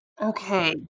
Okay